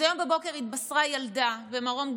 אז היום בבוקר התבשרה ילדה במרום הגליל,